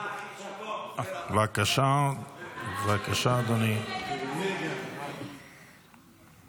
לעובדה שאתם פשוט בכיינים ולא עושים את העבודה.